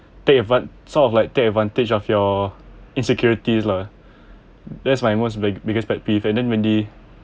take advantage sort of like take advantage of your insecurities lah that's my most biggest pet peeve and then when they